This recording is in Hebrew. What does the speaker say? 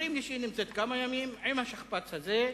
אומרים לי שהיא נמצאת כמה ימים עם השכפ"ץ הזה,